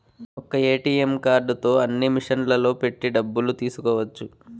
ఒక్క ఏటీఎం కార్డుతో అన్ని మిషన్లలో పెట్టి డబ్బులు తీసుకోవచ్చు